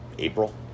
April